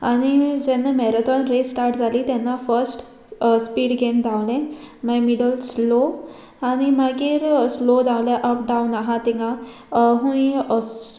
आनी जेन्ना marathon race start जाली तेन्ना फर्स्ट स्पीड गेन धांवलें मागीर मिडल स्लो आनी मागीर स्लो धांवलें अप डावन आहा तिंगा खूंय